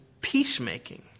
peacemaking